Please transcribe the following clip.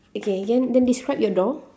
okay then then describe your door